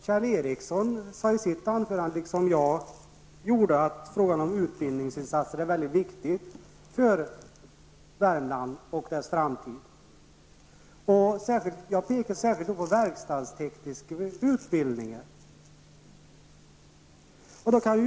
Kjell Ericsson sade i sitt anförande, liksom jag gjorde, att frågan om utbildningsinsatser är viktiga för Värmland och dess framtid. Jag pekar då särskilt på verkstadsteknisk utbildning.